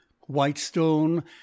Whitestone